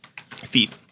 feet